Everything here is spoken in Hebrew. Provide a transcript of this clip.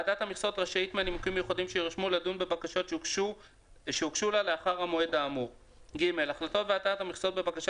הוא בעל מכסה שייצר את מכסתו קודם לשנת התכנון והוא מבקש